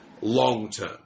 long-term